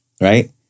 right